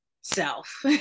self